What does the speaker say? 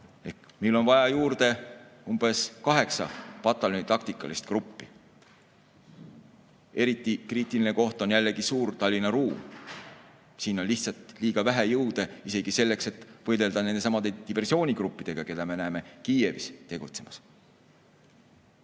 Meil on vaja juurde umbes kaheksa pataljoni taktikalist gruppi. Eriti kriitiline koht on jällegi Suur‑Tallinna ruum. Siin on lihtsalt liiga vähe jõude isegi selleks, et võidelda nendesamade diversioonigruppidega, keda me näeme Kiievis tegutsemas.